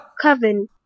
coven